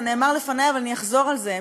זה נאמר לפני אבל אני אחזור על זה,